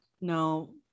No